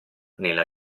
nella